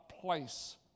place